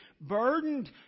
burdened